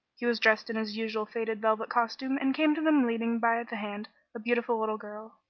he was dressed in his usual faded velvet costume and came to them leading by the hand a beautiful little girl.